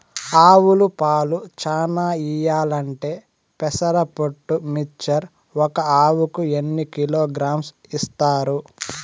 ఆవులు పాలు చానా ఇయ్యాలంటే పెసర పొట్టు మిక్చర్ ఒక ఆవుకు ఎన్ని కిలోగ్రామ్స్ ఇస్తారు?